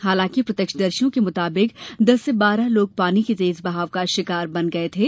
हालंकि प्रत्यक्षदर्शीयों के मुताबिक दस से बारह लोग पानी के तेज बहाव का शिकार बन गये थे